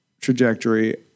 trajectory